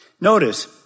Notice